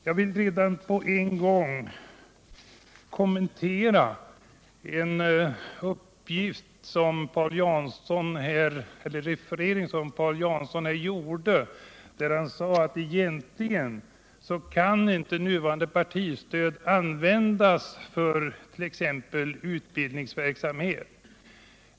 Jag vill samtidigt kommentera en referering som Paul Jansson gjorde när han sade att det nuvarande partistödet egentligen inte kan användas för t.ex. utbildningsverksamhet.